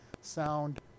sound